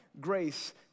grace